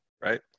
right